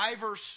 diverse